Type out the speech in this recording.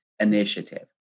Initiative